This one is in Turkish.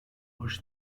hoş